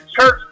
church